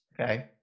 okay